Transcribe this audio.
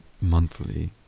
monthly